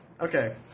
Okay